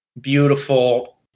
Beautiful